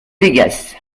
vegas